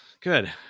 Good